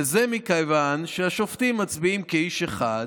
וזה מכיוון שהשופטים מצביעים כאיש אחד,